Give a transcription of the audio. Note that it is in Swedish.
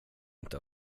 inte